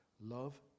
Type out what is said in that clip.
love